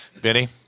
Benny